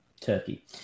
Turkey